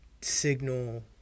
signal